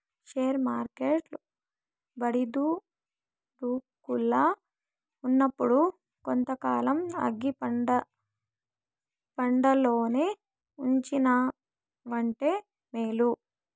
share వర్కెట్లు ఒడిదుడుకుల్ల ఉన్నప్పుడు కొంతకాలం ఆగి పండ్లల్లోనే ఉంచినావంటే మేలు